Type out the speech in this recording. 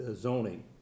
zoning